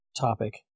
topic